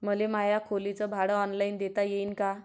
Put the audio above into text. मले माया खोलीच भाड ऑनलाईन देता येईन का?